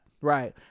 right